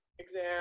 exam